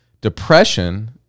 depression